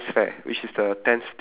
this is the ninth difference